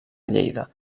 lleida